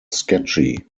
sketchy